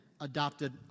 adopted